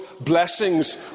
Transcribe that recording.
blessings